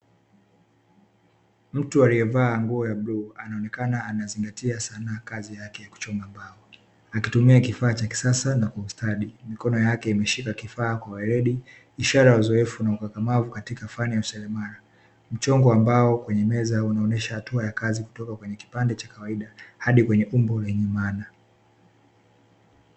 Mtu aliyevaa nguo ya bluu anaonekana anazingatia sana kazi yake ya kuchonga mbao, akitumia kifaa cha kisasa na kwa ustadi mikono yake imeshika kifaa kwa ueledi ishara ya uzoefu na ukakamavu katika fani ya useremala, mchongo ambao kwenye meza unaonyesha hatua ya kazi kutoka kwenye kipande cha kawaida hadi kwenye umbo lenye maana.